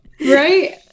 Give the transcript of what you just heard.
Right